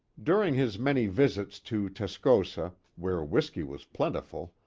during his many visits to tascosa, where whiskey was plentiful,